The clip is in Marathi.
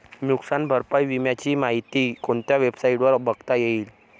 नुकसान भरपाई विम्याची माहिती कोणत्या वेबसाईटवर बघता येईल?